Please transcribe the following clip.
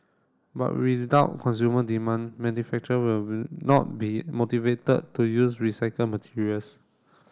but without consumer demand manufacturer will not be motivated to use recycled materials